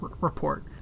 report